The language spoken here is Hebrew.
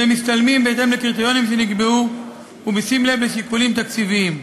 והם משתלמים בהתאם לקריטריונים שנקבעו ובשים לב לשיקולים תקציביים.